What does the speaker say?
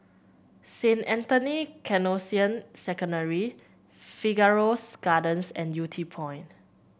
Saint Anthony Canossian Secondary Figaro's Gardens and Yew Tee Point